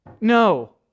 no